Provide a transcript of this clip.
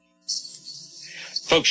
Folks